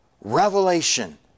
revelation